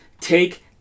take